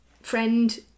friend